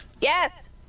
Yes